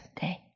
Day